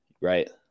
right